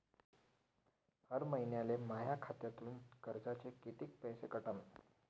हर महिन्याले माह्या खात्यातून कर्जाचे कितीक पैसे कटन?